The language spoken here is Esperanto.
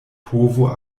povo